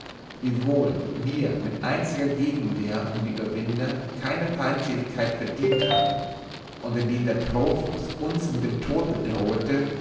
wiewohl wir mit einziger gegenwehr um die überwinder keine feindseligkeit verdienet hatten und indem der profos uns mit dem tod bedrohete